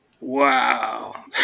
wow